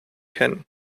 kennen